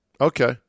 Okay